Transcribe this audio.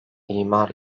imar